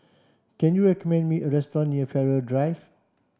can you recommend me a restaurant near Farrer Drive